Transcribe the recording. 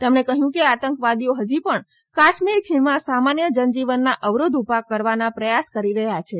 તેમણે કહ્યું કે આતંકવાદીઓ હજી પણ કાશ્મીર ખીણમાં સામાન્ય જનજીવનમાં અવરોધ ઉભો કરવાના પ્રયાસ કરી રહ્યા છે